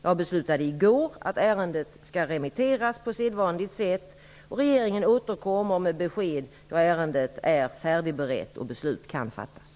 Jag har i går beslutat att ärendet skall remitteras på sedvanligt sätt. Regeringen återkommer med besked då ärendet är färdigberett och beslut kan fattas.